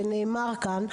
ונאמר כאן,